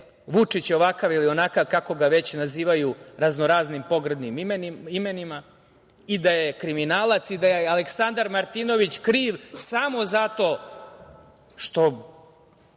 Vučić ovakav ili onakav, kako ga već nazivaju raznoraznim pogrdnim imenima, da je kriminalac itd. I da je Aleksandar Martinović kriv samo zato što